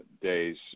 days